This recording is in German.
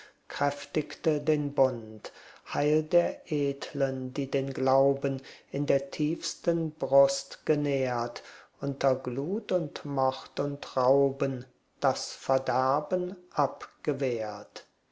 kräftigte den bund heil der edlen die den glauben in der tiefsten brust genährt unter glut und mord und rauben das verderben abgewehrt